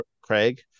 Craig